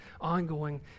ongoing